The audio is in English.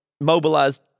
mobilized